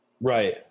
Right